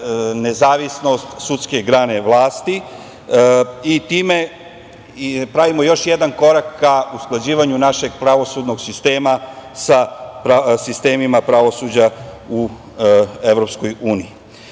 nezavisnost sudske grane vlasti i time pravimo još jedan korak ka usklađivanju našeg pravosudnog sistema sa sistemima pravosuđa u EU.Ova